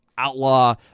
Outlaw